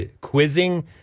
quizzing